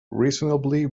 reasonably